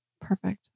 Perfect